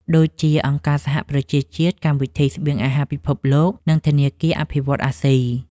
ដូចជា អង្គការសហប្រជាជាតិ កម្មវិធីស្បៀងអាហារពិភពលោក និងធនាគារអភិវឌ្ឍន៍អាស៊ី។